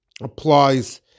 applies